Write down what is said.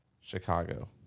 Chicago